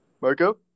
Marco